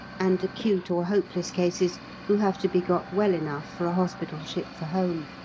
and acute or hopeless cases who have to be got well enough for a hospital ship for home.